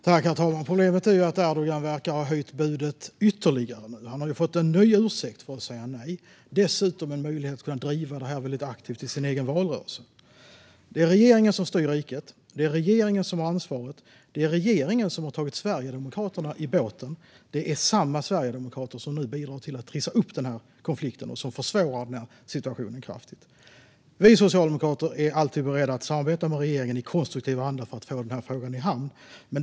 Herr talman! Problemet är ju att Erdogan nu verkar ha höjt budet ytterligare. Han har fått en ny ursäkt för att säga nej och dessutom en möjlighet att driva detta väldigt aktivt i sin egen valrörelse. Det är regeringen som styr riket. Det är regeringen som har ansvaret. Det är regeringen som har tagit Sverigedemokraterna i båten - samma sverigedemokrater som nu bidrar till att trissa upp konflikten och som försvårar situationen kraftigt. Vi socialdemokrater är alltid beredda att samarbeta med regeringen i konstruktiv anda för att få denna fråga i hamn.